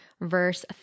verse